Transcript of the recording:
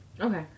Okay